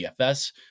DFS